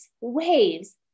waves